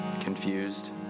confused